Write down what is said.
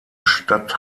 stadt